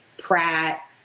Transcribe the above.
Pratt